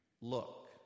look